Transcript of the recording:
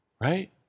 right